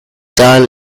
done